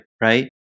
right